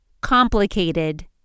Complicated